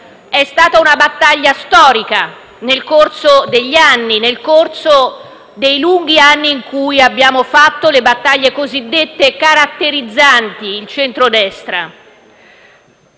è stata una battaglia storica nel corso dei lunghi anni in cui abbiamo condotto le battaglie cosiddette caratterizzanti il centrodestra.